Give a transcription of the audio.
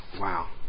wow